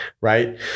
right